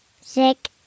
Sick